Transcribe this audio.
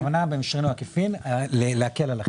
הכוונה במישרין או עקיפין להקל על החברה,